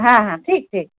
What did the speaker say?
হ্যাঁ হ্যাঁ ঠিক ঠিক